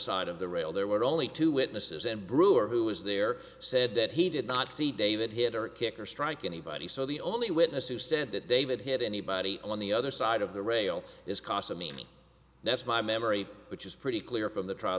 side of the rail there were only two witnesses and brewer who was there said that he did not see david hit or kick or strike anybody so the only witness who said that david hit anybody on the other side of the rails is kasumi that's my memory which is pretty clear from the trial